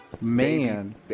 Man